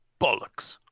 bollocks